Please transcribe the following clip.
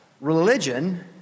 religion